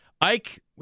Ike